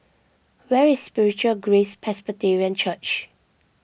where is Spiritual Grace Presbyterian Church